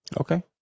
Okay